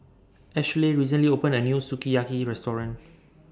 Ashleigh recently opened A New Sukiyaki Restaurant